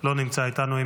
לא נמצא איתנו.